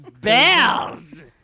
Bells